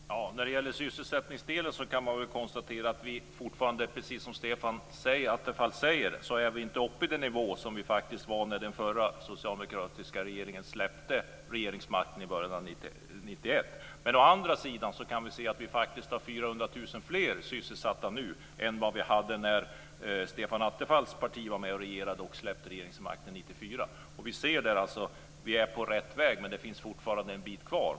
Fru talman! När det gäller sysselsättningsdelen kan man väl konstatera att vi fortfarande, precis som Stefan Attefall säger, inte är uppe i den nivå vi var när den förra socialdemokratiska regeringen släppte regeringsmakten i början av 1991. Däremot kan vi se att vi faktiskt har 400 000 fler sysselsatta nu än vi hade när Stefan Attefalls parti var med och regerade och släppte regeringsmakten 1994. Vi ser alltså att vi är på rätt väg. Men det finns fortfarande en bit kvar.